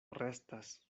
restas